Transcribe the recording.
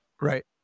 Right